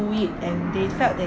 do it and they felt that